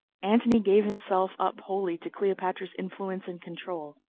antony gave himself up wholly to cleopatra's influence and control,